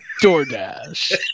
DoorDash